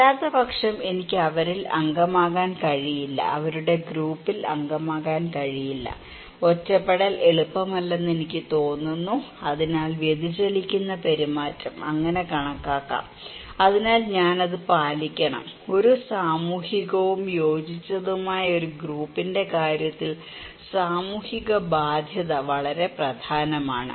അല്ലാത്തപക്ഷം എനിക്ക് അവരിൽ അംഗമാകാൻ കഴിയില്ല അവരുടെ ഗ്രൂപ്പിൽ അംഗമാകാൻ കഴിയില്ല ഒറ്റപ്പെടൽ എളുപ്പമല്ലെന്ന് എനിക്ക് തോന്നുന്നു അതിനാൽ വ്യതിചലിക്കുന്ന പെരുമാറ്റം അങ്ങനെ കണക്കാക്കാം അതിനാൽ ഞാൻ അത് പാലിക്കണം ഒരു സാമൂഹികവും യോജിച്ചതുമായ ഒരു ഗ്രൂപ്പിന്റെ കാര്യത്തിൽ സാമൂഹിക ബാധ്യത വളരെ പ്രധാനമാണ്